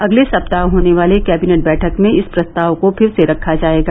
अगले सप्ताह होने वाली कैबिनेट बैठक में इस प्रस्ताव को फिर से रखा जायेगा